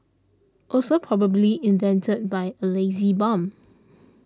also probably invented by a lazy bum